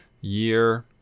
Year